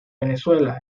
venezuela